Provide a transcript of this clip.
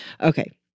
Okay